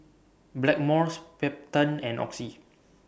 Blackmores Peptamen and Oxy